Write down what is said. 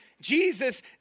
Jesus